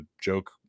joke